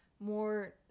more